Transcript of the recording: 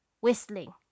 whistling